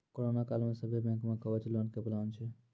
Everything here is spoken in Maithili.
करोना काल मे सभ्भे बैंक मे कवच लोन के प्लान छै